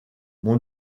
mon